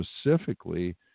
specifically